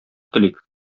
телик